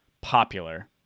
popular